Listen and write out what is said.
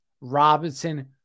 Robinson